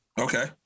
Okay